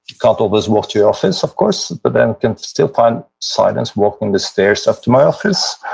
can't always walk to your office of course, but then can still find silence walking the stairs up to my office,